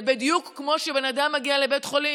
זה בדיוק כמו שבן אדם מגיע לבית חולים